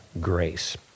grace